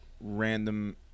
random